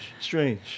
Strange